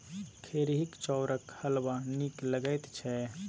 खेरहीक चाउरक हलवा नीक लगैत छै